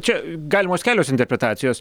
čia galimos kelios interpretacijos